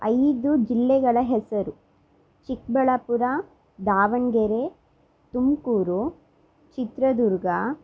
ಐದು ಜಿಲ್ಲೆಗಳ ಹೆಸರು ಚಿಕ್ಕಬಳ್ಳಾಪುರ ದಾವಣಗೆರೆ ತುಮಕೂರು ಚಿತ್ರದುರ್ಗ